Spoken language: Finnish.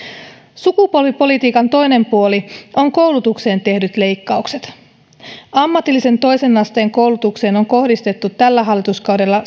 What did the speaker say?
sukupolvipolitiikan toinen puoli on koulutukseen tehdyt leikkaukset ammatilliseen toisen asteen koulutukseen on kohdistettu tällä hallituskaudella